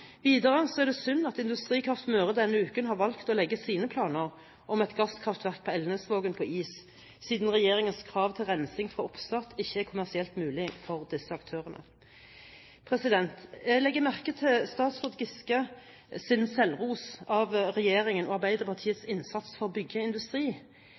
Videre er det synd at Industrikraft Møre denne uken har valgt å legge sine planer om et gasskraftverk i Elnesvågen på is, siden regjeringens krav til rensing fra oppstart ikke er kommersielt mulig for disse aktørene. Jeg legger merke til statsråd Giskes selvros av regjeringens og Arbeiderpartiets innsats for å bygge industri.